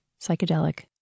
psychedelic